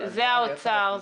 זה האוצר.